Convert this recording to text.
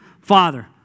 Father